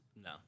No